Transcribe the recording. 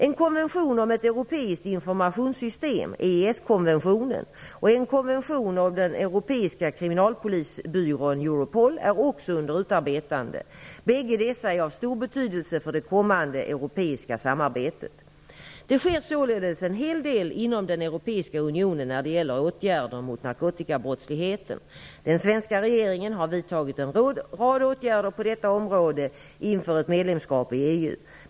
En konvention om ett europeiskt informationssystem - BIS-konventionen - och en konvention om den europeiska kriminalpolisbyrån - Buropolär också under utarbetande. Bägge dessa är av stor betydelse för det kommande europeiska samarbetet. Det sker således en hel del inom den europeiska unionen när det gäller åtgärder mot narkotikabrottsligheten. Den svenska regeringen har vidtagit en rad åtgärder på detta område inför ett medlemskap i BU.